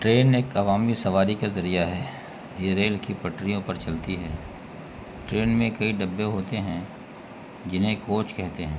train ایک عوامی سواری کا ذریعہ ہے یہ ریل کی پٹھریوں پر چلتی ہے ٹرین میں کئی ڈبے ہوتے ہیں جنہیں کوچ کہتے ہیں